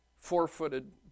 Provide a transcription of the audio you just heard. four-footed